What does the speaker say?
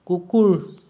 কুকুৰ